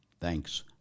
thanks